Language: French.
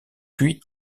puis